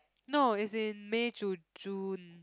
no is in May June June